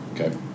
Okay